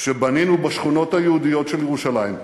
כשבנינו בשכונות היהודיות של ירושלים,